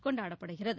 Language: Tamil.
கொண்டாடப்படுகிறது